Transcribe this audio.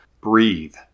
breathe